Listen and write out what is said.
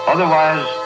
Otherwise